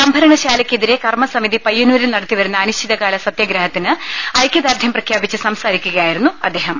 സംഭരണശാലയ്ക്കെതിരെ കർമ്മസമിതി പയ്യന്നൂരിൽ നടത്തി വരുന്ന അനിശ്ചിത കാല സത്യാഗ്രഹത്തിന് ഐക്യദാർഡ്യം പ്രാഖ്യാപിച്ച് സംസാരിക്കുകയായിരുന്നു അദ്ദേഹം